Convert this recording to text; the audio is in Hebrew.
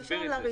תסבירי את זה.